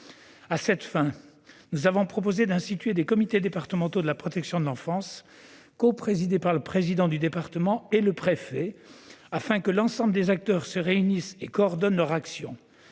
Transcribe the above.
À cette fin, nous avons proposé d'instituer des comités départementaux de la protection de l'enfance, coprésidés par le président du département et le préfet, afin que l'ensemble des acteurs se réunissent et coordonnent leur action.